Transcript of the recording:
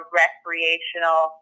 recreational